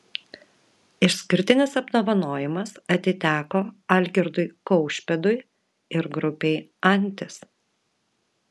išskirtinis apdovanojimas atiteko algirdui kaušpėdui ir grupei antis